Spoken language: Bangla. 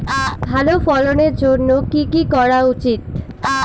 ভালো ফলনের জন্য কি কি করা উচিৎ?